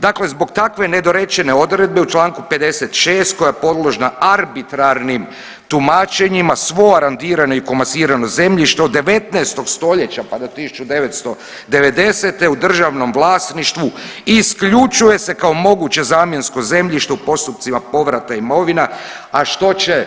Dakle zbog takve nedorečene odredbe u čl. 56. koja je podložna arbitrarnim tumačenja svo arondirano i komasirano zemljište od 19. stoljeća, pa do 1990. u državnom vlasništvu isključuje se kao moguće zamjensko zemljište u postupcima povrata imovina, a što će